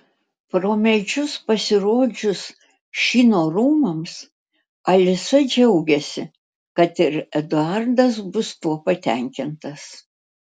pro medžius pasirodžius šino rūmams alisa džiaugiasi kad ir eduardas bus tuo patenkintas